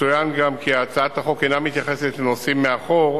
יצוין גם כי הצעת החוק אינה מתייחסת לנוסעים מאחור